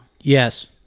Yes